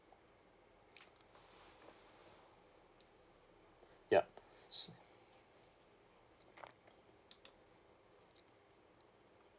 yup